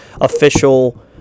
official